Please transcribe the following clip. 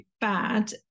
bad